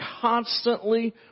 constantly